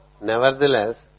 Nevertheless